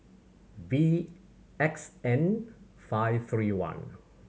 V X N five three one